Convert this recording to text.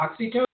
Oxytocin